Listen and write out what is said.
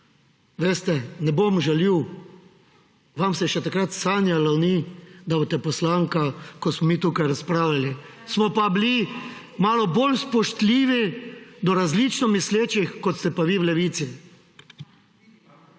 Veste, ne bom žaljiv, vam se še takrat sanjalo ni, da boste poslanka, ko smo mi tukaj razpravljali. Smo pa bili malo bolj spoštljivi do različno mislečih, kot ste pa vi v Levici.